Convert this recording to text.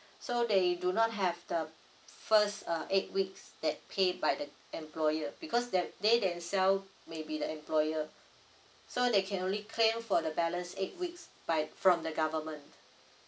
so they do not have the first uh eight weeks that pay by the employer because that they themselves maybe the employer so they can only claim for the balance eight weeks by from the government